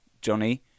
Johnny